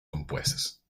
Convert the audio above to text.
compuestas